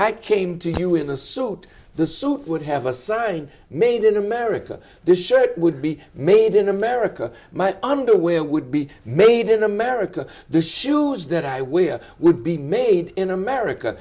i came to you in a suit the suit would have a saying made in america this shirt would be made in america my underwear would be made in america the shoes that i we're would be made in america